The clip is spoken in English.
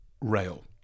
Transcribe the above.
rail